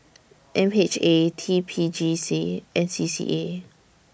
M H A T P J C and C C A